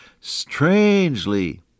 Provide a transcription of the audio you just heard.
strangely